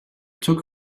took